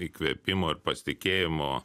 įkvėpimo ir pasitikėjimo